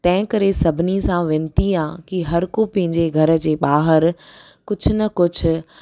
तंहिं करे सभिनी सां विनती आहे की हर को पंहिंजे घर जे ॿाहिरि कुझु न कुझु